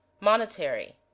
Monetary